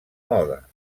moda